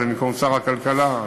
זה במקום שר הכלכלה.